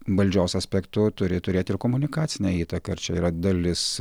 valdžios aspektu turi turėti ir komunikacinę įtaką ir čia yra dalis